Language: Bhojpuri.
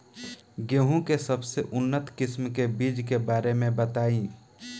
गेहूँ के सबसे उन्नत किस्म के बिज के बारे में बताई?